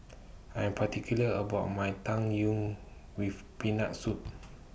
I Am particular about My Tang Yuen with Peanut Soup